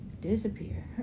disappear